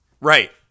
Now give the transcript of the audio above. right